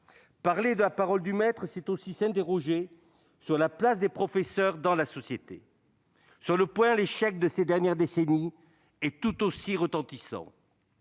Parler de la parole du maître, c'est aussi s'interroger sur la place des professeurs dans la société. Sur ce point, l'échec de ces dernières décennies est tout aussi retentissant.